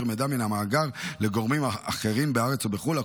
מידע מן המאגר לגורמים אחרים בארץ ובחו"ל,